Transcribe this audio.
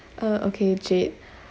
uh okay jade